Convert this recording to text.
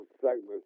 segments